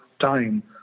time